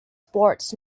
sports